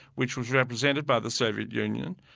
which was represented by the soviet union.